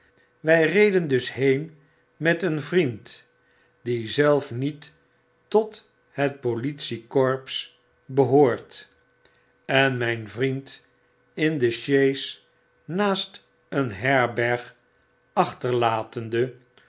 wij reden dus heen met een vriend die zelf niet tot het politiecorps behoort en mijn vriend in de sjees naast een herberg achterlatende